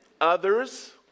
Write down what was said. Others